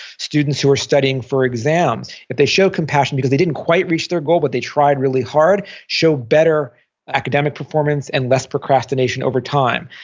students who are studying for exams, but they show compassion because they didn't quite reach their goal, but they tried really hard, show better academic performance and less procrastination over time.